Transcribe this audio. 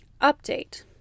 Update